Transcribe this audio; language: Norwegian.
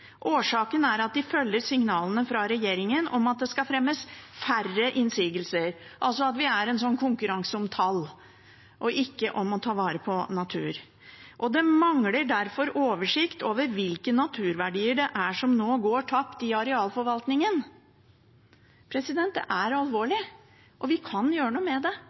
Årsaken er at de følger signalene fra regjeringen om at det skal fremmes færre innsigelser. Vi er altså i en konkurranse om tall, ikke om å ta vare på natur. Det mangler derfor en oversikt over hvilke naturverdier som nå går tapt i arealforvaltningen. Dette er alvorlig, vi kan gjøre noe med det, og vi burde gjøre noe med det.